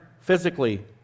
physically